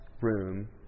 room